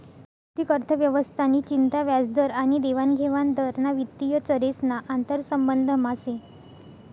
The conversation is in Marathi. आर्थिक अर्थव्यवस्था नि चिंता व्याजदर आनी देवानघेवान दर ना वित्तीय चरेस ना आंतरसंबंधमा से